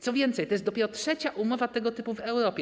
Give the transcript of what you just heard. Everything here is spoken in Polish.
Co więcej, to jest dopiero trzecia umowa tego typu w Europie.